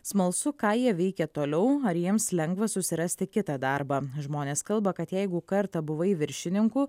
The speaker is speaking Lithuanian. smalsu ką jie veikė toliau ar jiems lengva susirasti kitą darbą žmonės kalba kad jeigu kartą buvai viršininku